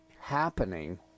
happening